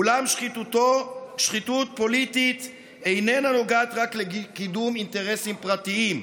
אולם שחיתות פוליטית איננה נוגעת רק לקידום אינטרסים פרטיים.